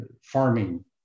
farming